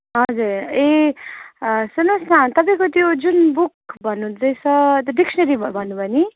हजुर ए अँ सुन्नुहोस् न तपाईँको त्यो जुन बुक भन्नुहुँदैछ त्यो डिक्सनेरी भन्नु भयो नि